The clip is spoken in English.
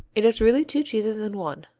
it is really two cheeses in one.